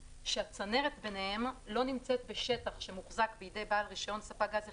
שהצנרת ביניהם לא נמצאת בשטח שמוחזק בידי בעל רישיון ספק גז אחד,